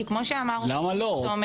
כי כמו שאמר שי סומך,